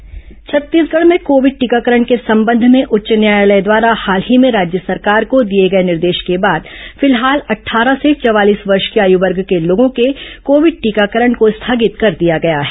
टीकाकरण स्थगित छत्तीसगढ़ में कोविड टीकाकरण के संबंध में उच्च न्यायालय द्वारा हाल ही में राज्य सरकार को दिए गए निर्देश के बाद फिलहाल अटठारह से चवालीस वर्ष की आय वर्ष के लोगों के कोविड टीकाकरण को स्थगित कर दिया गया है